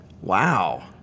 Wow